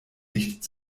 nicht